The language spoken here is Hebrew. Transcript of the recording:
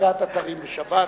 סגירת אתרים בשבת?